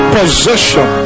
possession